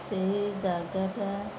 ସେହି ଜାଗାଟା